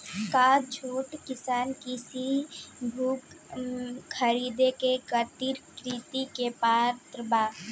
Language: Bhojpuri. का छोट किसान कृषि भूमि खरीदे के खातिर ऋण के पात्र बा?